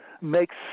makes